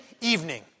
evening